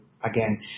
again